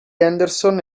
henderson